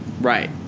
Right